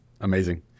Amazing